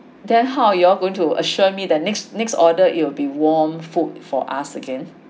then how you all going to assure me the next next order it will be warm food for us again